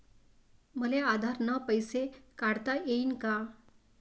मले आधार न पैसे काढता येईन का?